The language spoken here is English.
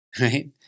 right